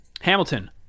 hamilton